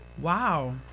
Wow